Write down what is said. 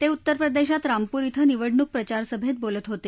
ते उत्तर प्रदेशात रामपूर इथं निवडणूक प्रचारसभेत बोलत होते